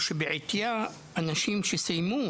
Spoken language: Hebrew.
או שבעטיה אנשים שסיימו